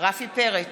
אורלי פרומן,